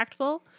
impactful